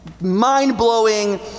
mind-blowing